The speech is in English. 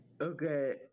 Okay